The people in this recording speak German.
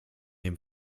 dem